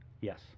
Yes